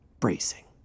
Bracing